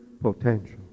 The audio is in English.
potential